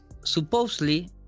supposedly